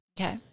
Okay